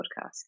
podcast